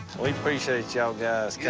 we appreciate y'all guys yeah